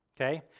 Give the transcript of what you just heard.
Okay